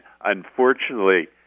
unfortunately